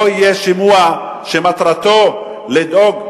לא יהיה שימוע שמטרתו לדאוג,